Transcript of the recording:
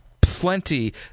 plenty